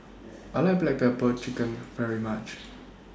I like Black Pepper Chicken very much